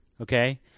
okay